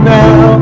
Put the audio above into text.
now